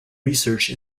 research